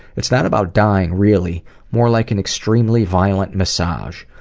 it's not about dying really more like an extremely violent massage.